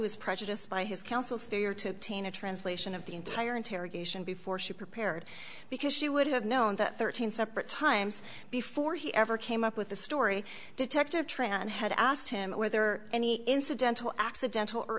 was prejudiced by his counsel's failure to tina translation of the entire interrogation before she prepared because she would have known that thirteen separate times before he ever came up with the story detective tran had asked him whether any incidental accidental or